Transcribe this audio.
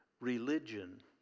religion